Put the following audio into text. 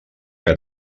que